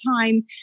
time